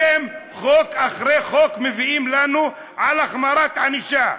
אתם, חוק אחרי חוק מביאים לנו על החמרת ענישה.